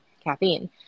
Caffeine